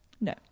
No